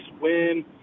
win